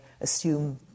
assume